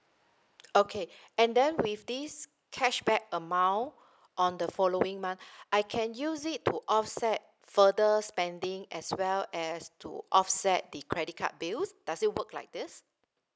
okay and then with this cashback amount on the following month I can use it to offset further spending as well as to offset the credit card bills does it work like this